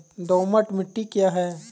दोमट मिट्टी क्या है?